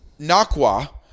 Nakwa